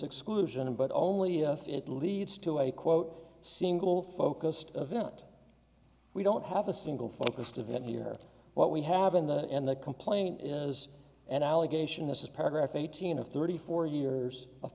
exclusion but only if it leads to a quote single focused event we don't have a single focused event here what we have in the end the complaint is an allegation this is paragraph eighteen of thirty four years of